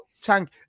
Tank